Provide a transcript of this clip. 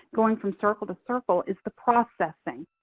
going from circle to circle, is the processing.